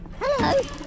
Hello